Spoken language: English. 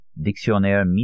Dictionnaire